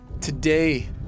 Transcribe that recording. today